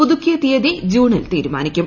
പുതുക്കിയ തീയതി ജൂണിൽ തീരുമാനിക്കും